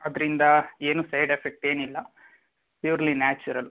ಅದರಿಂದ ಏನೂ side effect ಏನಿಲ್ಲ ಪ್ಯೂರ್ಲಿ ನ್ಯಾಚುರಲ್